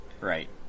Right